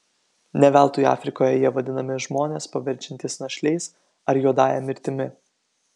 ne veltui afrikoje jie vadinami žmones paverčiantys našliais ar juodąja mirtimi